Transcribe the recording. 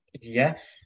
Yes